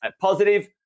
Positive